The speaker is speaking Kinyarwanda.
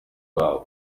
babo